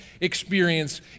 experience